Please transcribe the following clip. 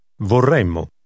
Vorremmo